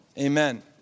Amen